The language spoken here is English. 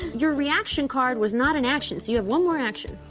your reaction card was not an action, so you have one more action.